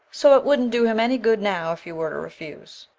so it wouldn't do him any good now if you were to refuse.